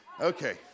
Okay